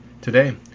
Today